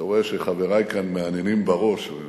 אתה רואה שחברי כאן מהנהנים בראש, זה